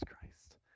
Christ